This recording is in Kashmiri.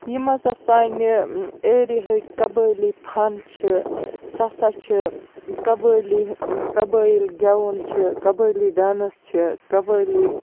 یِم ہسا سانہِ ایریا ہٕکۍ قبٲیلی فن چھِ سُہ ہسا چھِ قبٲیلی قبٲیِل گٮ۪وُن چھُ قبٲیلی ڈانٕس چھِ قبٲیلی